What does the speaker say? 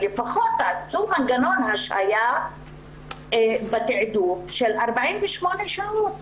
לפחות תעשו מנגנון השהייה בתעדוף של 48 שעות.